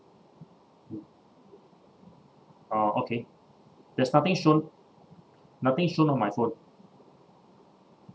uh okay there's nothing shown nothing shown on my phone